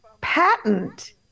patent